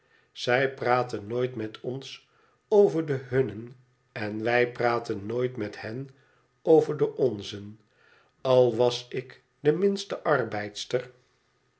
zij praten nooit met ons over den hunnen en wij pratea nooit met hen over den onzen al was ik de minste arbeidster